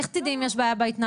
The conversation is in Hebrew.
אז איך תדעי אם יש בעיה בהתנהלות?